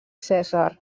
cèsar